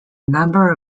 member